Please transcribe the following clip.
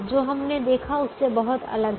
जो हमने देखा है उससे बहुत अलग है